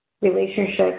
relationships